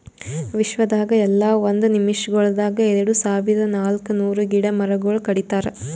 ವಿಶ್ವದಾಗ್ ಎಲ್ಲಾ ಒಂದ್ ನಿಮಿಷಗೊಳ್ದಾಗ್ ಎರಡು ಸಾವಿರ ನಾಲ್ಕ ನೂರು ಗಿಡ ಮರಗೊಳ್ ಕಡಿತಾರ್